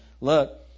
Look